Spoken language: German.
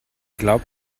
glaubt